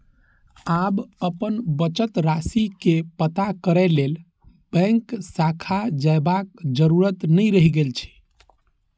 आब अपन बचत राशि के पता करै लेल बैंक शाखा जयबाक जरूरत नै रहि गेल छै